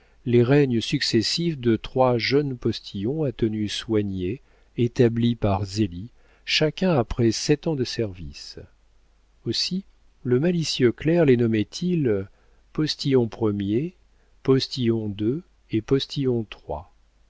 les règnes successifs de trois jeunes postillons à tenue soignée établis par zélie chacun après sept ans de service aussi le malicieux clerc les nommait il postillon ier postillon ii et postillon